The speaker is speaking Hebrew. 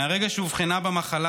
מהרגע שאובחנה במחלה,